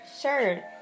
Sure